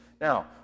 Now